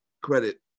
credit